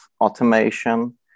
automation